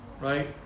right